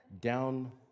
down